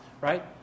right